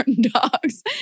dogs